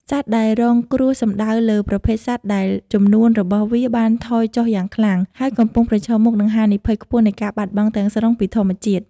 សត្វដែលរងគ្រោះសំដៅលើ ប្រភេទសត្វដែលចំនួនរបស់វាបានថយចុះយ៉ាងខ្លាំង ហើយកំពុងប្រឈមមុខនឹងហានិភ័យខ្ពស់នៃការបាត់បង់ទាំងស្រុងពីធម្មជាតិ។